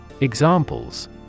Examples